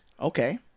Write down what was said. Okay